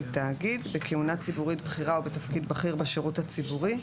תאגיד בכהונה ציבורית בכירה או בתפקיד בכיר בשירות הציבורי,